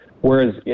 Whereas